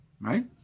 Right